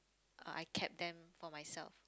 uh I kept them for myself